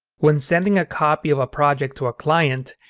when sending a copy of a project to a client,